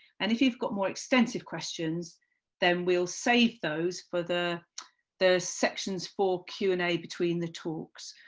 and if you've got more extensive questions then we'll save those for the the sections for q and a between the talks.